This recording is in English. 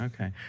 Okay